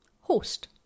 Host